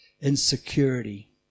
Insecurity